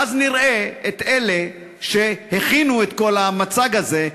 ואז נראה את אלה שהכינו את כל המצג הזה,